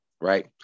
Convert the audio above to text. right